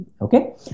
okay